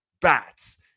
bats